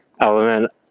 element